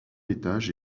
étage